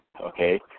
okay